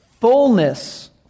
fullness